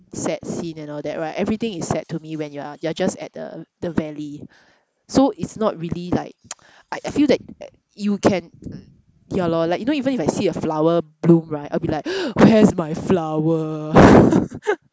sad scene and all that right everything is sad to me when you are you're just at the the valley so it's not really like I I feel that you can ya lor like you know even if I see a flower bloom right I'll be like where's my flower